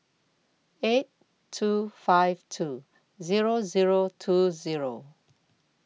eight two five two Zero Zero two Zero